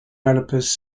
developers